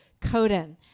Coden